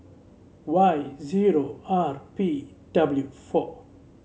Y zero R P W four